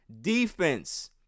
Defense